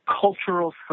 cultural